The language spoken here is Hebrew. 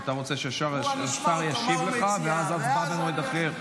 אתה רוצה שהשר ישיב לך ואז הצבעה במועד אחר?